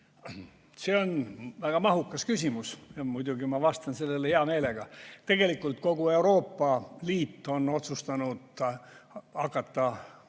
See on väga mahukas küsimus. Muidugi ma vastan sellele hea meelega. Tegelikult kogu Euroopa Liit on otsustanud hakata